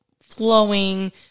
flowing